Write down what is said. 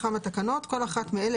אחת מאלה,